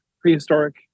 prehistoric